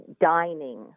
dining